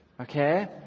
okay